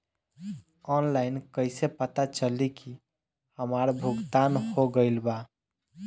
Online कईसे पता चली की हमार भुगतान हो गईल बा?